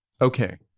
Okay